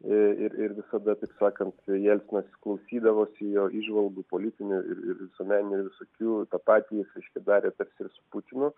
ir ir visada taip sakant jelcinas klausydavosi jo įžvalgų politinių ir ir visuomeninių ir visokių tą patį jis reiškia darė tarsi ir su putinu